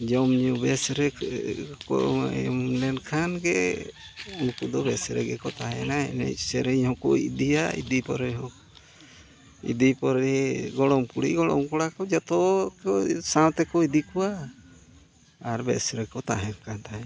ᱡᱚᱢᱼᱧᱩ ᱵᱮᱥ ᱨᱮᱠᱚ ᱮᱢ ᱞᱮᱱᱠᱷᱟᱱ ᱜᱮ ᱩᱱᱠᱩ ᱫᱚ ᱵᱮᱥ ᱨᱮᱜᱮ ᱠᱚ ᱛᱟᱦᱮᱱᱟ ᱮᱱᱮᱡᱼᱥᱮᱨᱮᱧ ᱦᱚᱸᱠᱚ ᱤᱫᱤᱭᱟ ᱤᱫᱤ ᱯᱚᱨᱮᱦᱚᱸ ᱤᱫᱤ ᱯᱚᱨᱮ ᱜᱚᱲᱚᱢ ᱠᱩᱲᱤ ᱜᱚᱲᱚᱢ ᱠᱚᱲᱟ ᱠᱚ ᱡᱚᱛᱚ ᱠᱚ ᱥᱟᱶᱛᱮ ᱠᱚ ᱤᱫᱤ ᱠᱚᱣᱟ ᱟᱨ ᱵᱮᱥ ᱨᱮᱠᱚ ᱛᱟᱦᱮᱱ ᱠᱟᱱ ᱛᱟᱦᱮᱸ